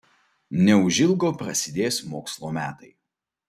neužilgo prasidės mokslo metai